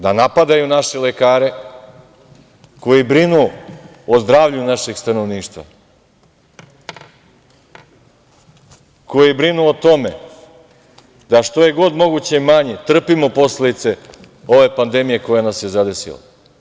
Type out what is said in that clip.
Da napadaju naše lekare koji brinu o zdravlju našeg stanovništva, koji brinu o tome da što je god moguće manje trpimo posledice ove pandemije koja nas je zadesila.